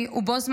ובו זמנית,